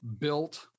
built